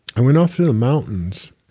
i went off to the mountains,